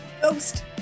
Ghost